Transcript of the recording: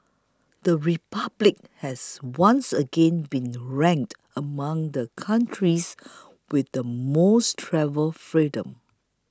the Republic has once again been ranked among the countries with the most travel freedom